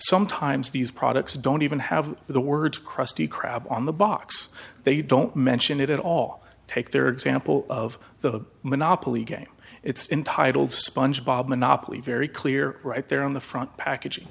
sometimes these products don't even have the word krusty krab on the box they don't mention it at all take their example of the monopoly game it's intitled sponge bob monopoly very clear right there on the front packaging